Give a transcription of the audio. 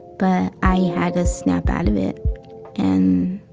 but i had a snap out of it and